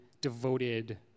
devoted